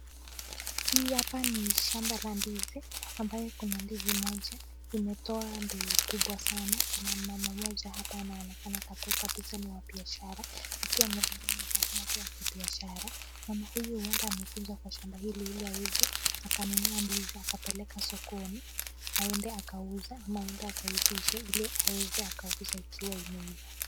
Hii hapa ni shamba la ndizi ambaye kuna ndizi moja imetoa mbegu kubwa sana. Kuna mama mmoja hapa anaonekana kabisa ni wa biashara akiwa amevalia mavazi yake ya kibiashara. Mama huyu huenda amekuja kwa shamba hili ili aweze akanunua ndizi akapeleka sokoni aende akauze ama aende akaivishe ili aweze akauze ikiwa imeiva.